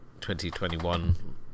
2021